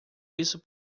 isso